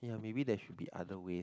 ya maybe there should be other ways